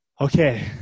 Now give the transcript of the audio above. Okay